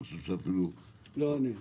לא אני.